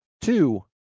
Two